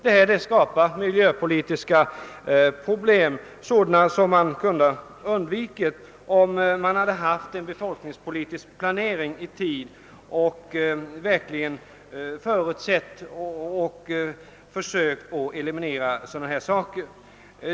Detta skapar miljöproblem som skulle ha kunnat undvikas som man i tid hade upprättat en befolkningspolitisk planering samt förutsett och försökt eliminera sådana svårigheter.